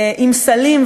עם סלים,